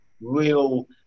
real